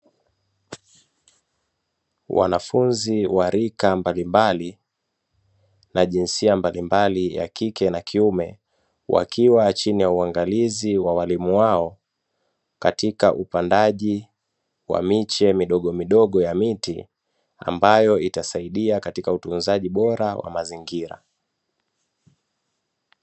Wanafunzi wa rika mbalimbali na jinsia mbalimbali ya kike na kiume, wakiwa chini ya uangalizi wa walimu wao katika upandaji wa miche midogomidogo ya miti, ambayo itasaidia katika utunzaji bora wa mazingira.